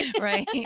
right